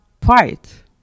fight